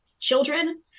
children